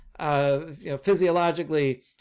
Physiologically